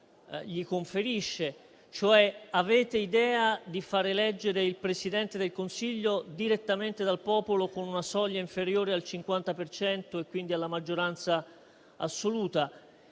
gli conferisce? Avete idea di far eleggere il Presidente del Consiglio direttamente dal popolo con una soglia inferiore al 50 per cento e quindi alla maggioranza assoluta?